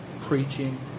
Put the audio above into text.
preaching